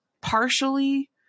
partially